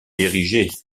érigé